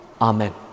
Amen